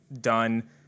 done